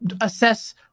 assess